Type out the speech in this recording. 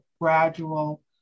gradual